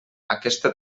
aquesta